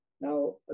Now